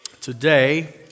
today